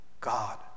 God